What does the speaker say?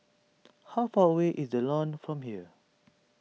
how far away is the Lawn from here